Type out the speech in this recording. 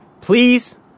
Please